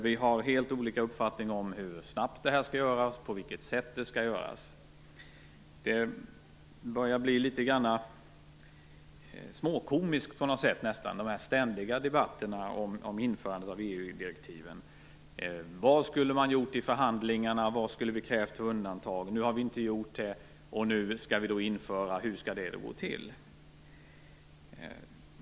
Vi har helt olika uppfattning om hur snabbt det här skall göras och på vilket sätt det skall göras. Det börjar bli litet småkomiskt med dessa ständiga debatter om införande av EU-direktiv. Vad skulle man ha gjort i förhandlingarna? Vad skulle vi ha krävt för undantag? Nu har vi inte gjort det, och hur skall det då gå till när vi nu skall införa detta?